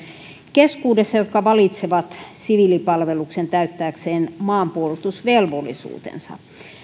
keskuudessa jotka valitsevat siviilipalveluksen täyttääkseen maanpuolustusvelvollisuutensa